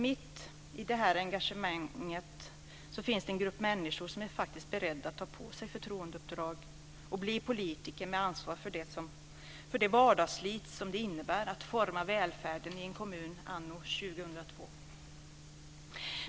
Mitt i detta engagemang finns en grupp människor som är beredda att ta på sig förtroendeuppdrag och bli politiker med ansvar för det vardagsslit det innebär att forma välfärden i den kommun anno 2002.